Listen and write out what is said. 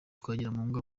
twagiramungu